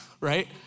right